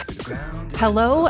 Hello